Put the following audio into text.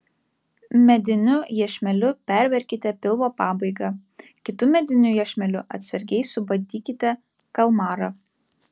mediniu iešmeliu perverkite pilvo pabaigą kitu mediniu iešmeliu atsargiai subadykite kalmarą